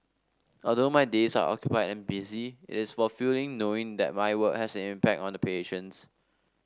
although my days are occupied and busy it is fulfilling knowing that my work has an impact on the patients